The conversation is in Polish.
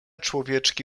człowieczki